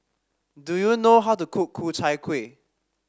do you know how to cook Ku Chai Kuih